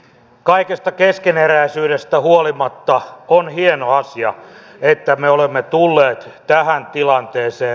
kaikesta keskeneräisyydestä huolimatta on hieno asia että me olemme tulleet tähän tilanteeseen